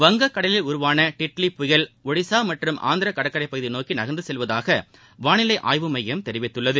வங்கக்கடலில் உருவான புயல் டிட்லி புயல் ஒடிசா மற்றம் ஆந்திர கடற்கரை பகுதியை நோக்கி நகர்ந்து செல்வதாக வானிலை ஆய்வு மையம் தெரிவித்துள்ளது